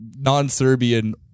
non-Serbian